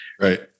Right